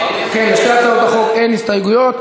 לשתי הצעות החוק אין הסתייגויות.